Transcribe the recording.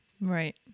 Right